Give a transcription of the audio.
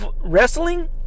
Wrestling